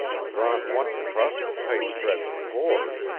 drawn once across the tight-stretched cord.